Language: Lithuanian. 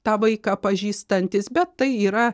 tą vaiką pažįstantys bet tai yra